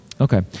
Okay